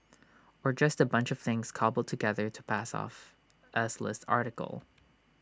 or just A bunch of things cobbled together to pass off as list article